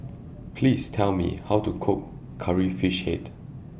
Please Tell Me How to Cook Curry Fish Head